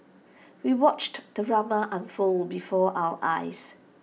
we watched the drama unfold before our eyes